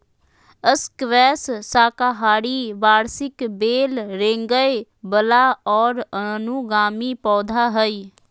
squash साकाहारी वार्षिक बेल रेंगय वला और अनुगामी पौधा हइ